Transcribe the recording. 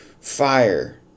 fire